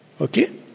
Okay